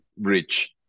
rich